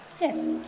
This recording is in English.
Yes